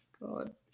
God